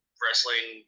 wrestling